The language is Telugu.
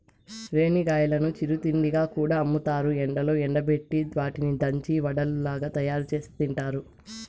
రేణిగాయాలను చిరు తిండిగా కూడా అమ్ముతారు, ఎండలో ఎండబెట్టి వాటిని దంచి వడలుగా తయారుచేసి తింటారు